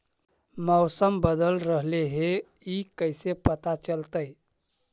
मौसम बदल रहले हे इ कैसे पता चलतै?